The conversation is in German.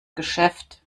geschäft